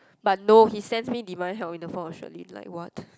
but no he sends me demand help in the form Sharlene like what